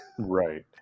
Right